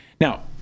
Now